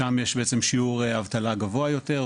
שם יש שיעור אבטלה גבוה יותר,